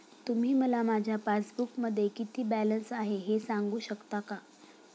तुम्ही मला माझ्या पासबूकमध्ये किती बॅलन्स आहे हे सांगू शकता का?